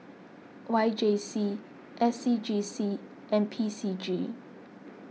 Y J C S C G C and P C G